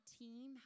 team